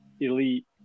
elite